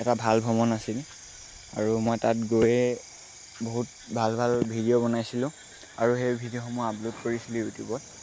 এটা ভাল ভ্ৰমণ আছিল আৰু মই তাত গৈয়ে বহুত ভাল ভাল ভিডিঅ' বনাইছিলোঁ আৰু সেই ভিডিঅ'সমূহ আপলোড কৰিছিলোঁ ইউটিউবত